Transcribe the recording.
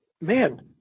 man